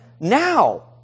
now